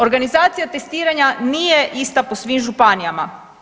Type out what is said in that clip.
Organizacija testiranja nije ista po svim županijama.